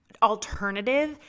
alternative